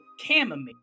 chamomile